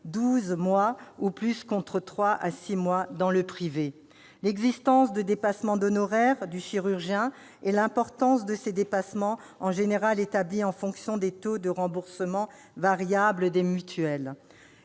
mois ou plus, contre trois à six mois dans le privé ; l'existence de dépassements d'honoraires du chirurgien et l'importance de ces dépassements, en général établis en fonction des taux de remboursement, variables, des mutuelles